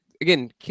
again